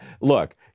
look